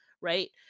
right